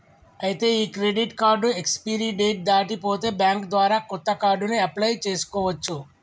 ఐతే ఈ credit card expiry date దాటి పోతే బ్యాంక్ ద్వారా కొత్త కార్డుని అప్లయ్ చేసుకోవచ్చు